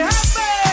Happy